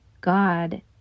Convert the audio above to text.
God